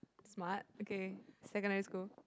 smart okay secondary school